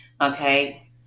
Okay